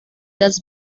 das